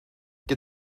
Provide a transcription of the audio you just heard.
get